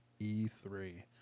E3